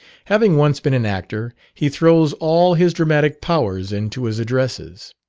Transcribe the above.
having once been an actor, he throws all his dramatic powers into his addresses.